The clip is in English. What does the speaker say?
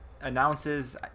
announces